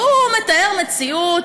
והוא מתאר מציאות,